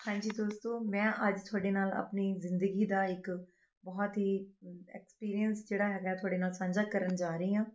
ਹਾਂਜੀ ਦੋਸਤੋ ਮੈਂ ਅੱਜ ਤੁਹਾਡੇ ਨਾਲ ਆਪਣੀ ਜ਼ਿੰਦਗੀ ਦਾ ਇੱਕ ਬਹੁਤ ਹੀ ਐਕਸਪੀਰੀਅਨਸ ਜਿਹੜਾ ਹੈਗਾ ਤੁਹਾਡੇ ਨਾਲ ਸਾਂਝਾ ਕਰਨ ਜਾ ਰਹੀ ਹਾਂ